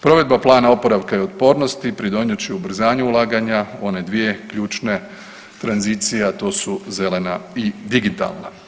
Provedba Plana oporavka i otpornosti pridonijet će ubrzanju ulaganja u one dvije ključne tranzicije, a to su zelena i digitalna.